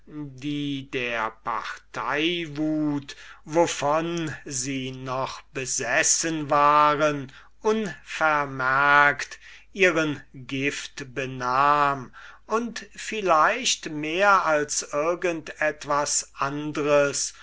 die der parteiwut wovon sie noch besessen waren unvermerkt ihren gift benahm und vielleicht mehr als irgend etwas anders